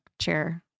chair